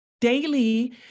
daily